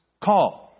call